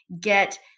get